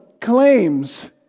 claims